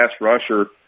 rusher